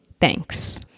Thanks